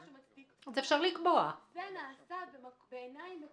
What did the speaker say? מה שעכשיו שמענו זה אחת משורשי הבעיות ואני